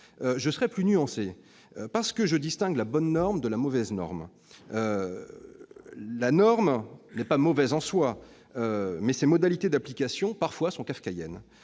Je serai plus nuancé, parce que je distingue la bonne de la mauvaise norme. La norme n'est pas mauvaise en soi, mais ses modalités d'application sont parfois kafkaïennes.